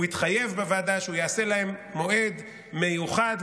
הוא התחייב בוועדה שהוא יעשה להם מועד מיוחד,